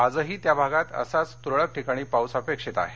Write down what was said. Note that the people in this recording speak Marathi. आजही त्या भागात असाच तुरळक ठिकाणी पाऊस अपेक्षित आहे